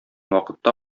вакытта